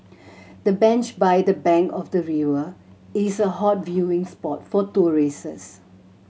the bench by the bank of the river is a hot viewing spot for